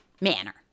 manner